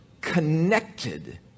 connected